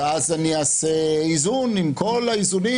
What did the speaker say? ואז אני אעשה איזונים עם כל האיזונים